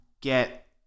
get